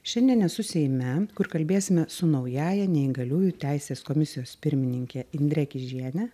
šiandien esu seime kur kalbėsime su naująja neįgaliųjų teisės komisijos pirmininke indre kižiene